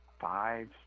five